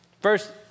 First